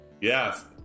Yes